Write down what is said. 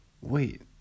Wait